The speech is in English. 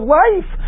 life